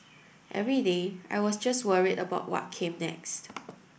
every day I was just worried about what came next